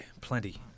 Plenty